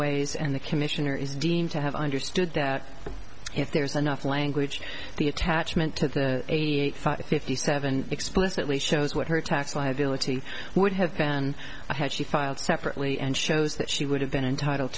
ways and the commissioner is deemed to have understood that if there's enough language the attachment to the eighty eight fifty seven explicitly shows what her tax liability would have been and i had she filed separately and shows that she would have been entitled